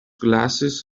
glasses